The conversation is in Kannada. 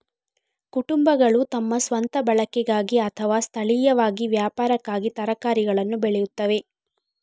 ಕುಟುಂಬಗಳು ತಮ್ಮ ಸ್ವಂತ ಬಳಕೆಗಾಗಿ ಅಥವಾ ಸ್ಥಳೀಯವಾಗಿ ವ್ಯಾಪಾರಕ್ಕಾಗಿ ತರಕಾರಿಗಳನ್ನು ಬೆಳೆಯುತ್ತವೆ